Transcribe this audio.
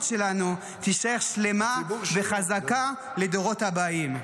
שלנו תישאר שלמה וחזקה לדורות הבאים.